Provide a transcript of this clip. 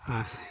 আর